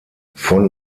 von